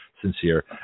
sincere